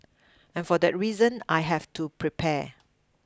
and for that reason I have to prepare